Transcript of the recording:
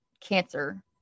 cancer